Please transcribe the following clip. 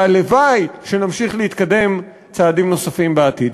והלוואי שנמשיך להתקדם צעדים נוספים בעתיד.